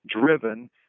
driven